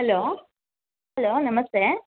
hello hello ನಮಸ್ತೆ